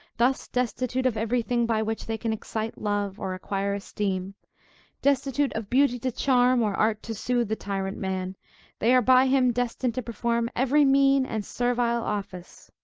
thus destitute of every thing by which they can excite love, or acquire esteem destitute of beauty to charm, or art to soothe, the tyrant man they are by him destined to perform every mean and servile office.